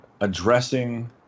addressing